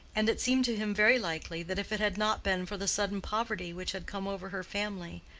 and it seemed to him very likely that if it had not been for the sudden poverty which had come over her family,